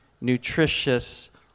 nutritious